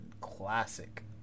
classic